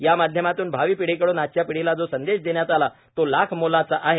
यामाध्यमातून भावी पिढीकडून आजच्या पिढीला जो संदेश देण्यात आला तो लाखमोलाचा आहे